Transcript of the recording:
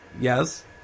yes